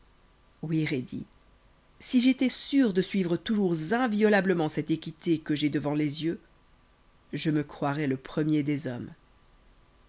si j'étois sûr de suivre toujours inviolablement cette équité que j'ai devant les yeux je me croirois le premier des hommes